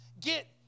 get